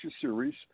series